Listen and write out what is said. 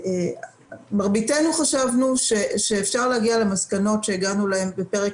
מרביתנו חשבנו שאפשר להגיע למסקנות שהגענו אליהן בפרק